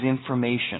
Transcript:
information